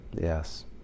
Yes